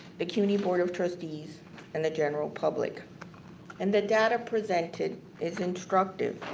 the cuny board of trustees and the general public and the data presented is instructive.